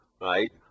right